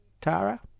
Tara